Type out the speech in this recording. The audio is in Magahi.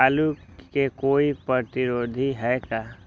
आलू के कोई प्रतिरोधी है का?